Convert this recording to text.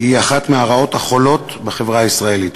היא אחת מהרעות החולות בחברה הישראלית.